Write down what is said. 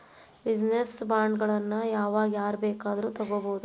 Business ಬಾಂಡ್ಗಳನ್ನ ಯಾವಾಗ್ ಯಾರ್ ಬೇಕಾದ್ರು ತಗೊಬೊದು?